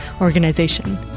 organization